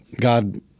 God